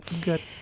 good